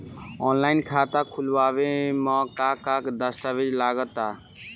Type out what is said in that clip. Online खाता खूलावे म का का दस्तावेज लगा ता?